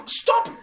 stop